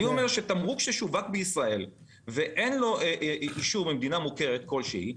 אני אומר שתמרוק ששווק בישראל ואין לו אישור ממדינה מוכרת כלשהי,